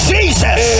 Jesus